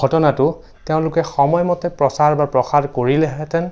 ঘটনাটো তেওঁলোকে সময়মতে প্ৰচাৰ বা প্ৰসাৰ কৰিলেহেঁতেন